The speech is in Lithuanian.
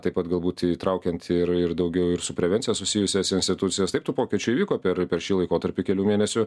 taip pat galbūt įtraukiant ir ir daugiau ir su prevencija susijusias institucijas taip tų pokyčių įvyko per per šį laikotarpį kelių mėnesių